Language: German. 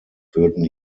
würden